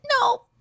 No